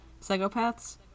psychopaths